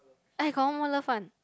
I confirm one love one